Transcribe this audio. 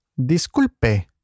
Disculpe